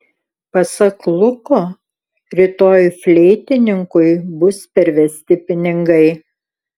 pasak luko rytoj fleitininkui bus pervesti pinigai